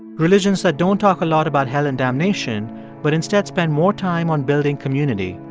religions that don't talk a lot about hell and damnation but instead spend more time on building community,